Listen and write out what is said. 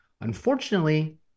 Unfortunately